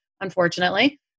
unfortunately